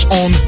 on